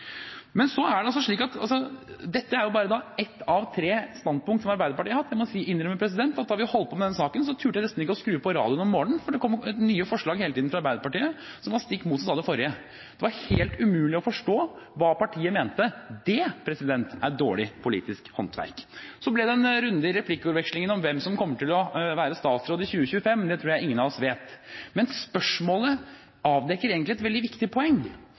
Men dette er bare ett av tre standpunkt som Arbeiderpartiet har hatt. Jeg må innrømme at da vi holdt på med denne saken, turte jeg nesten ikke å skru på radioen om morgenen, for det kom nye forslag hele tiden fra Arbeiderpartiet – som var stikk motsatt av det forrige. Det var helt umulig å forstå hva partiet mente. Det er dårlig politisk håndverk. Så ble det en runde i replikkordvekslingen om hvem som kommer til å være statsråd i 2025. Det tror jeg ingen av oss vet. Men spørsmålet avdekker egentlig et veldig viktig poeng.